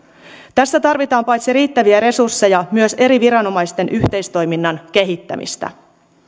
tässä tarvitaan paitsi riittäviä resursseja myös eri viranomaisten yhteistoiminnan kehittämistä